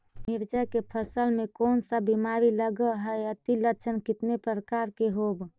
मीरचा के फसल मे कोन सा बीमारी लगहय, अती लक्षण कितने प्रकार के होब?